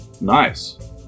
nice